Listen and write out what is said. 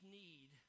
need